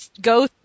go